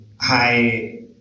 high